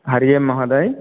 हरिः ओं महोदय